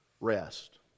rest